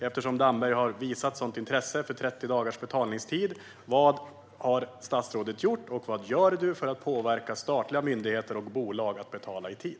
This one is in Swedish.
Eftersom Damberg har visat ett sådant intresse för 30 dagars betalningstid är min fråga: Vad har statsrådet gjort, och vad gör han, för att påverka statliga myndigheter och bolag att betala i tid?